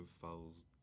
fouls